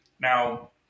Now